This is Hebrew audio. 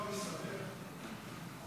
סעיף 1 נתקבל.